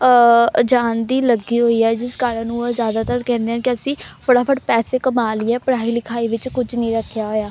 ਅ ਜਾਣ ਦੀ ਲੱਗੀ ਹੋਈ ਹੈ ਜਿਸ ਕਾਰਨ ਉਹ ਜ਼ਿਆਦਾਤਰ ਕਹਿੰਦੇ ਹਨ ਕਿ ਅਸੀਂ ਫਟਾਫਟ ਪੈਸੇ ਕਮਾ ਲਈਏ ਪੜ੍ਹਾਈ ਲਿਖਾਈ ਵਿੱਚ ਕੁਝ ਨਹੀਂ ਰੱਖਿਆ ਹੋਇਆ